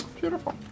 Beautiful